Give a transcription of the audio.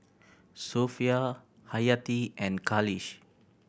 Sofea Hayati and Khalish